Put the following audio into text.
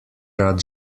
rad